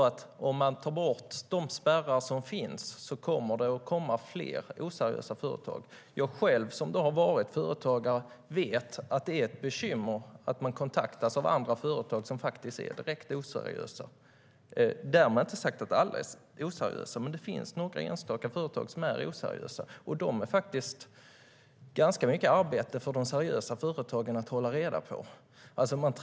Men om man tar bort de spärrar som finns kommer det självklart att komma fler oseriösa företag. Jag som själv har varit företagare vet att det är ett bekymmer att man kontaktas av andra företag som faktiskt är direkt oseriösa. Därmed inte sagt att alla är oseriösa. Men det finns några enstaka företag som är oseriösa, och det innebär ganska mycket arbete för de seriösa företagen att hålla reda på dem.